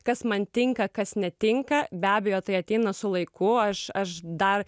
kas man tinka kas netinka be abejo tai ateina su laiku aš aš dar